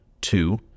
Two